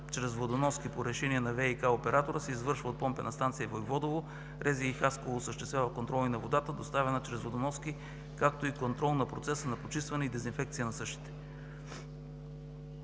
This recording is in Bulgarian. чрез водоноски по решение на ВиК-оператора, се извършва от помпена станция – Войводово. РЗИ – Хасково, осъществява контрол и на водата, доставяна чрез водоноски, както и контрол на процеса на почистване и дезинфекция на същата.